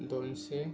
दोनशे